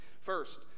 First